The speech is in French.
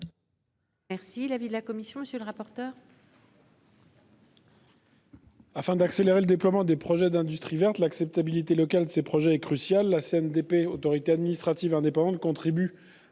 est l'avis de la commission de l'aménagement du territoire ? Afin d'accélérer le déploiement des projets d'industrie verte, l'acceptabilité locale de ces projets est cruciale. La CNDP, autorité administrative indépendante, contribue